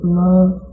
love